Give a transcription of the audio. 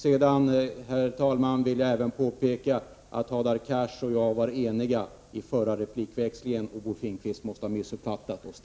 Sedan, herr talman, vill jag även påpeka att jag och Hadar Cars var eniga i den förra replikväxlingen. Bo Finnkvist måste ha missuppfattat oss.